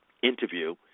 interview